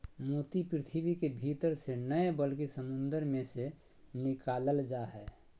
मोती पृथ्वी के भीतर से नय बल्कि समुंद मे से निकालल जा हय